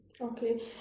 Okay